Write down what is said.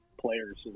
players